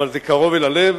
אבל זה קרוב אל הלב,